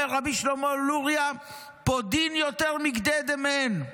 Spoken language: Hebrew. אומר רבי שלמה לוריא, פודין יותר מכדי דמיהן.